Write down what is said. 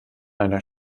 einer